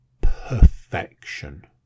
perfection